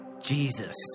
Jesus